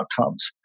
outcomes